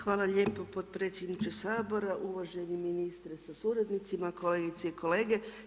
Hvala lijepo potpredsjedniče Sabora, uvaženi ministre sa suradnicima, kolegice i kolege.